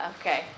Okay